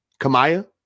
Kamaya